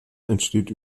entsteht